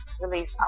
Release